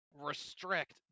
restrict